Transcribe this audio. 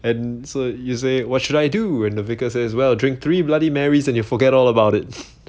and so you say what should I do and the vicar says well drink three bloody marys and you forget all about it